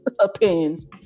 opinions